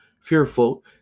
fearful